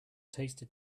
tasted